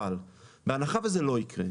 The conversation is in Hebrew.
אבל בהנחה וזה לא יקרה,